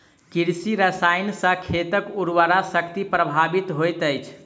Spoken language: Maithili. कृषि रसायन सॅ खेतक उर्वरा शक्ति प्रभावित होइत अछि